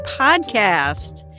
podcast